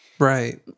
Right